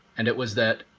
and it was that